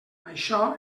això